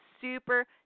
super